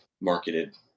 marketed